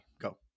Go